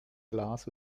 glas